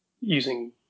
using